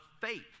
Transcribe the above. faith